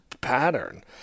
pattern